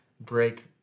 break